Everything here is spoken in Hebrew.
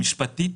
גיא,